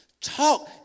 Talk